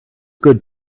good